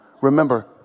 remember